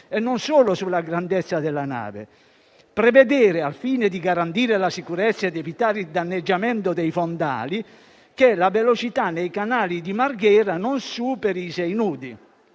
e non sono sulla grandezza della nave. Si richiede poi di prevedere, al fine di garantire la sicurezza ed evitare il danneggiamento dei fondali, che la velocità nei canali di Marghera non superi i 6 nodi.